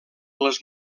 les